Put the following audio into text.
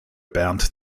bernd